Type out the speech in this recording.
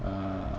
uh